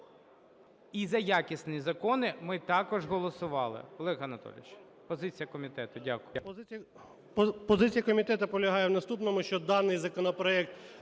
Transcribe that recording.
І за якісні закони ми також голосували, Олег Анатолійович. Позиція комітету.